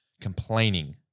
complaining